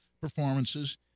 performances